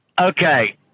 Okay